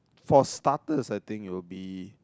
for starters I think it will be